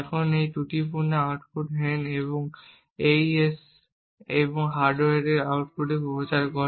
এখন এই ত্রুটিপূর্ণ আউটপুট হেন এই AES হার্ডওয়্যারের আউটপুটে প্রচার করে